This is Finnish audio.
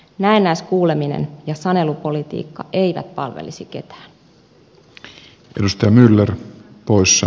näennäiskuuleminen ja sanelupolitiikka eivät palvelisi ketään